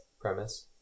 premise